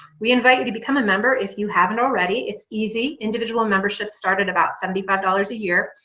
we invite you to become a member if you haven't already it's easy individual memberships start at about seventy five dollars a year,